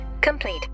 complete